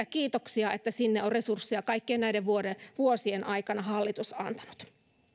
kiitoksia että sinne on resursseja kaikkien näiden vuosien aikana hallitus antanut